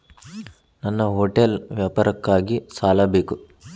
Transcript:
ನನ್ನ ಹೋಟೆಲ್ ವ್ಯಾಪಾರಕ್ಕಾಗಿ ಸಾಲ ಬೇಕು